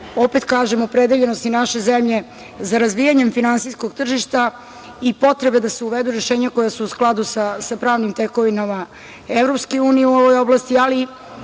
opet kažem, opredeljenosti naše zemlje za razvijanjem finansijskog tržišta i potrebe da se uvedu rešenja koja su u skladu sa pravnim tekovinama EU u ovoj oblasti. Ali,